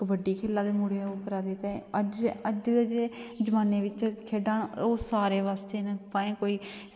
कबड्डी खेला दे मुड़े उप्परा दा ते अज्ज अज्ज दे जमान्ने बिच खेढां ओह् सारें बास्तै न ओह् भाएं कोई